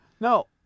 No